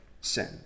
sin